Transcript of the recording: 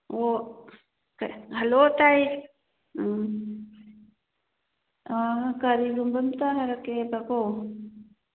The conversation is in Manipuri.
ꯑꯣ ꯍꯂꯣ ꯇꯥꯏꯌꯦ ꯎꯝ ꯀꯔꯤꯒꯨꯝꯕ ꯑꯃꯇ ꯍꯥꯏꯔꯛꯀꯦꯕꯀꯣ